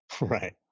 Right